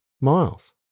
Miles